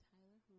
Tyler